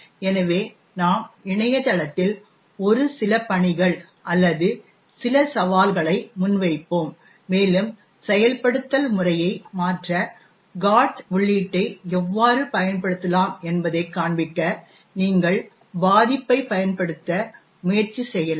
எனவே நாம் இணையதளத்தில் ஒரு சில பணிகள் அல்லது சில சவால்களை முன்வைப்போம் மேலும் செயல்படுத்தல் முறையை மாற்ற GOT உள்ளீட்டை எவ்வாறு பயன்படுத்தலாம் என்பதைக் காண்பிக்க நீங்கள் பாதிப்பைப் பயன்படுத்த முயற்சி செய்யலாம்